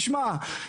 תשמע,